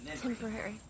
Temporary